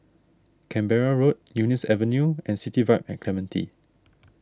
Canberra Road Eunos Avenue and City Vibe at Clementi